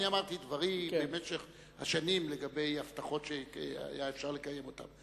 אני אמרתי דברי במשך השנים לגבי הבטחות שהיה אפשר לקיים אותן.